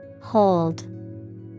Hold